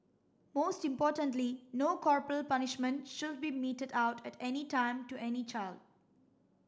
most importantly no corporal punishment should be meted out at any time to any child